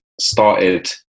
started